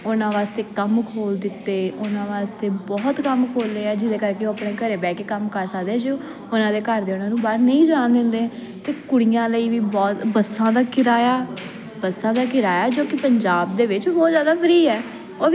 ਉਹਨਾਂ ਵਾਸਤੇ ਕੰਮ ਖੋਲ ਦਿੱਤੇ ਉਹਨਾਂ ਵਾਸਤੇ ਬਹੁਤ ਕੰਮ ਖੋਲੇ ਆ ਜਿਹਦੇ ਕਰਕੇ ਉਹ ਆਪਣੇ ਘਰੇ ਬਹਿ ਕੇ ਕੰਮ ਕਰ ਸਕਦੇ ਜੋ ਉਹਨਾਂ ਦੇ ਘਰਦੇ ਉਹਨਾਂ ਨੂੰ ਬਾਹਰ ਨਹੀਂ ਜਾਣ ਦਿੰਦੇ ਤੇ ਕੁੜੀਆਂ ਲਈ ਵੀ ਬਹੁਤ ਬੱਸਾਂ ਦਾ ਕਿਰਾਇਆ ਬੱਸਾਂ ਦਾ ਕਿਰਾਇਆ ਜੋ ਕਿ ਪੰਜਾਬ ਦੇ ਵਿੱਚ ਬਹੁਤ ਜਿਆਦਾ ਫਰੀ ਹੈ ਉਹ